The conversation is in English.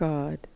God